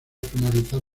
finalizar